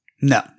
No